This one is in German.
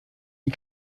die